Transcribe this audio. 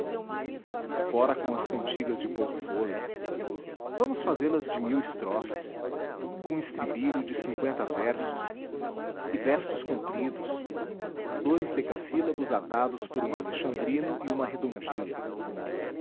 fora com as cantigas de pouco fôlego vamos fazê-las de mil estrofes com estribilho de cinqüenta versos e versos compridos dous decassílabos atados por um alexandrino e uma redondilha